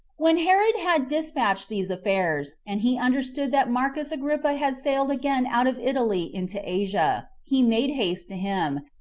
when herod had despatched these affairs, and he understood that marcus agrippa had sailed again out of italy into asia, he made haste to him,